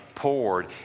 poured